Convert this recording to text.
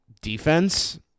Defense